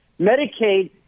Medicaid